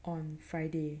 on Friday